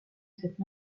cette